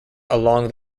along